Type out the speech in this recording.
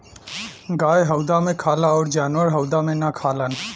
गाय हउदा मे खाला अउर जानवर हउदा मे ना खालन